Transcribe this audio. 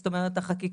זאת אומרת החקיקה,